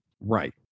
Right